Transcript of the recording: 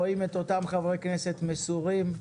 רואים את אותם חברי כנסת מסורים,